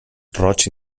roig